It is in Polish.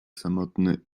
samotny